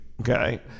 okay